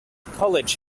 college